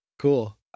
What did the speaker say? cool